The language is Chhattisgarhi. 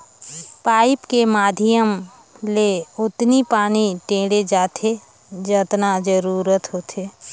पाइप के माधियम ले ओतनी पानी टेंड़े जाथे जतना जरूरत होथे